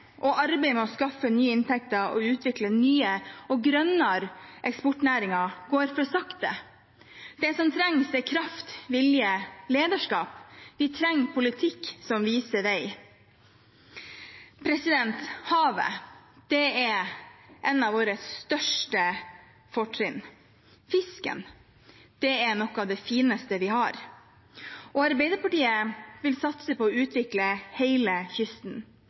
og arbeidet med å skaffe nye inntekter og utvikle nye og grønnere eksportnæringer går for sakte. Det som trengs, er kraft, vilje og lederskap. Vi trenger politikk som viser vei. Havet er et av våre største fortrinn. Fisken er noe av det fineste vi har. Arbeiderpartiet vil satse på å utvikle hele kysten.